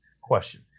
question